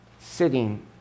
sitting